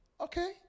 Okay